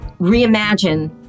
reimagine